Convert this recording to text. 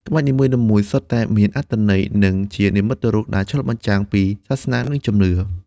ក្បាច់នីមួយៗសុទ្ធតែមានអត្ថន័យ និងជានិមិត្តរូបដែលឆ្លុះបញ្ចាំងពីសាសនា និងជំនឿ។